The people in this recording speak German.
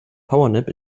powernap